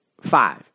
five